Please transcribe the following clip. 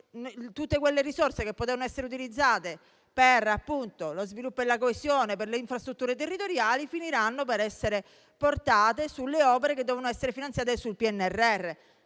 tutte le risorse che potevano essere utilizzate per lo sviluppo e la coesione e per le infrastrutture territoriali finiranno per essere portate sulle opere che dovevano essere finanziate con il PNRR.